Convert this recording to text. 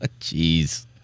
Jeez